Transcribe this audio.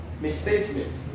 misstatement